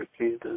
Jesus